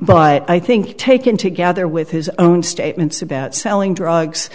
but i think taken together with his own statements about selling drugs